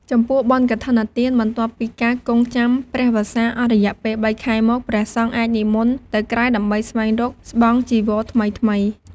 ចំពោះបុណ្យកឋិនទាន បន្ទាប់ពីការគង់ចាំព្រះវស្សាអស់រយៈពេល៣ខែមក ព្រះសង្ឃអាចនិមន្ដទៅក្រៅដើម្បីស្វែងរកស្បង់ចីវរថ្មីៗ ។